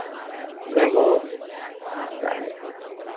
दू गो तऽ आबि जैऔ